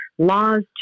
Laws